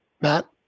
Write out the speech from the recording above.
Matt